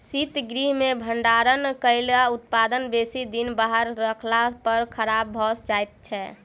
शीतगृह मे भंडारण कयल उत्पाद बेसी दिन बाहर रखला पर खराब भ जाइत छै